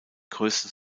größten